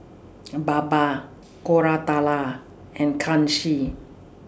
Baba Koratala and Kanshi